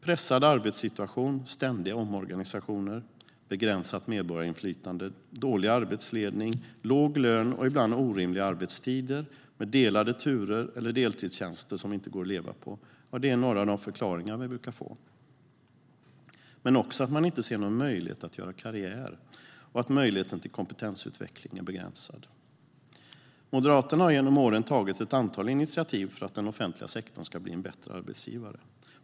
Pressad arbetssituation, ständiga omorganisationer, begränsat medarbetarinflytande, dålig arbetsledning, låg lön och ibland orimliga arbetstider med delade turer eller deltidstjänster som inte går att leva på är några av de förklaringar vi brukar få. Men det handlar också om att man inte ser någon möjlighet att göra karriär och att möjligheten till kompetensutveckling är begränsad. Moderaterna har genom åren tagit ett antal initiativ för att den offentliga sektorn ska bli en bättre arbetsgivare.